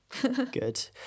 Good